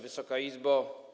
Wysoka Izbo!